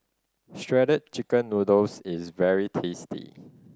Shredded Chicken Noodles is very tasty